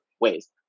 ways